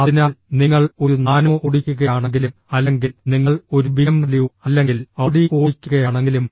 അതിനാൽ നിങ്ങൾ ഒരു നാനോ ഓടിക്കുകയാണെങ്കിലും അല്ലെങ്കിൽ നിങ്ങൾ ഒരു ബിഎംഡബ്ല്യു അല്ലെങ്കിൽ ഔഡി ഓടിക്കുകയാണെങ്കിലും